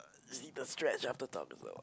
uh need to stretch after time is over